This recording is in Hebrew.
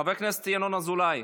חבר הכנסת ינון אזולאי,